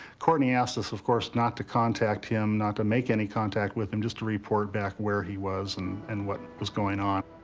courtney asked us, of course, not to contact him, not to make any contact with him, just to report back where he was and and what was going on.